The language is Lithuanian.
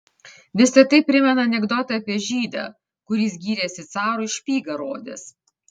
visa tai primena anekdotą apie žydą kuris gyrėsi carui špygą rodęs